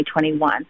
2021